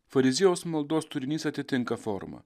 fariziejaus maldos turinys atitinka formą